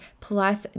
plus